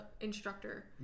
instructor